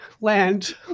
land